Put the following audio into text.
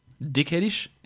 dickheadish